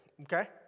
okay